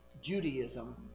judaism